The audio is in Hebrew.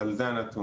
אבל זה הנתון.